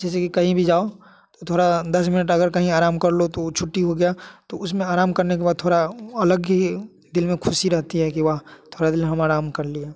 जैसे कि कहीं भी जाओ तो थोड़ा दस मिनट कहीं भी आराम कर लो तो ऊ छुट्टी हो गया तो उसमें आराम करने के बाद थोड़ा अलग ही दिल में खुशी रहती है कि वह थोड़ा देरी हम आराम कर लिए